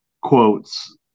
quotes